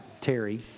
Terry